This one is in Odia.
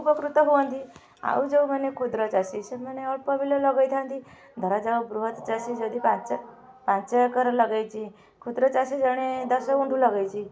ଉପକୃତ ହୁଅନ୍ତି ଆଉ ଯେଉଁମାନେ କ୍ଷୁଦ୍ର ଚାଷୀ ସେମାନେ ଅଳ୍ପ ବିଲ ଲଗାଇଥାନ୍ତି ଧରାଯାଉ ବୃହତ ଚାଷୀ ଯଦି ପାଞ୍ଚ ପାଞ୍ଚ ଏକର ଲଗାଇଛି କ୍ଷୁଦ୍ର ଚାଷୀ ଜଣେ ଦଶ ଗୁଣ୍ଠ ଲଗାଇଛି